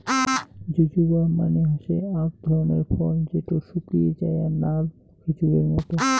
জুজুবা মানে হসে আক ধরণের ফল যেটো শুকিয়ে যায়া নাল খেজুরের মত